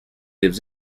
lives